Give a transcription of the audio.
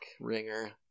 ringer